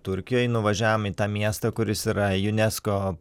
turkijoj nuvažiavom į tą miestą kuris yra junesko